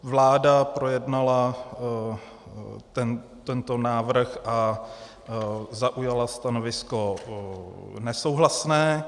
Vláda projednala tento návrh a zaujala stanovisko nesouhlasné.